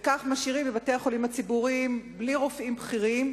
וכך משאירים את בתי-החולים הציבוריים בלי רופאים בכירים.